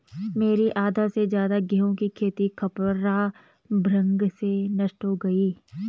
मेरी आधा से ज्यादा गेहूं की खेती खपरा भृंग से नष्ट हो गई